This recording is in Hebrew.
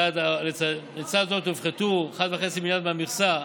לצד זאת, הופחתו 1.5 מיליארד מהמכסה